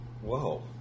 Whoa